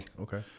Okay